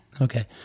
Okay